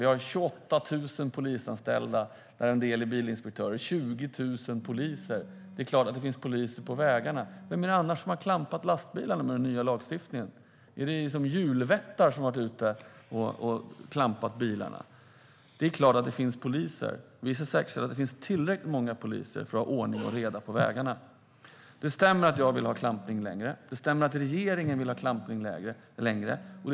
Vi har 28 000 polisanställda. En del av dem är bilinspektörer. Med 20 000 poliser är det klart att det finns poliser på vägarna. Vem är det annars som har klampat lastbilarna i och med den nya lagstiftningen? Är det julvättar som har varit ute och klampat bilarna? Det är klart att det finns poliser. Och vi ska säkerställa att det finns tillräckligt många poliser för att vi ska ha ordning och reda på vägarna. Det stämmer att jag vill ha längre klampning. Det stämmer att regeringen vill ha längre klampning.